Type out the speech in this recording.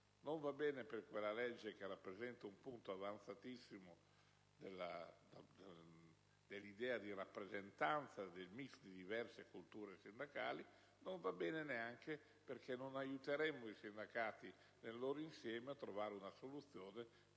non va bene per quella legge che rappresenta un punto avanzatissimo dell'idea di rappresentanza, del *mix* di diverse culture sindacali, né va bene perché in questo modo non aiuteremmo i sindacati nel loro insieme a trovare una soluzione che riguarda